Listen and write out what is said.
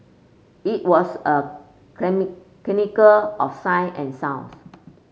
it was a of sight and sounds